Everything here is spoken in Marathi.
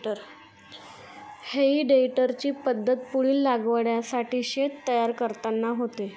हेई टेडरची मदत पुढील लागवडीसाठी शेत तयार करताना होते